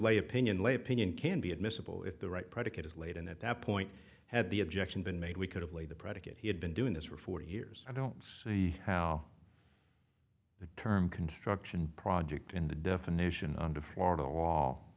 lay opinion late opinion can be admissible if the right predicate is laid and at that point had the objection been made we could have laid the predicate he had been doing this for forty years i don't see how the term construction project in the definition under florida